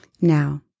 Now